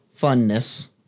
funness